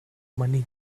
money